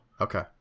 Okay